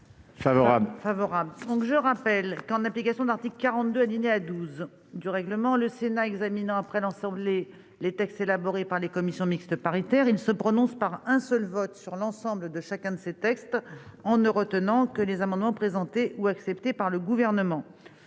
Je rappelle que, en application de l'article 42, alinéa 12, du règlement, le Sénat examinant après l'Assemblée nationale le texte élaboré par la commission mixte paritaire, il se prononce par un seul vote sur l'ensemble du texte en ne retenant que les amendements présentés ou acceptés par le Gouvernement.